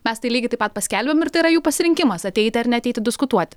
mes tai lygiai taip pat paskelbiam ir tai yra jų pasirinkimas ateiti ar neateiti diskutuoti